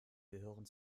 gehören